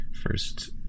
first